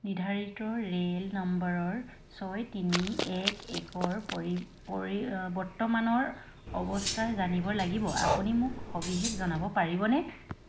নিৰ্ধাৰিত ৰে'ল নম্বৰৰ ছয় তিনি এত একৰ পৰি পৰি বৰ্তমানৰ অৱস্থা জানিব লাগিব আপুনি মোক সবিশেষ জনাব পাৰিবনে